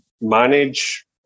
manage